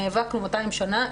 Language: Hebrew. נאבקנו 200 שנים,